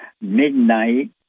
midnight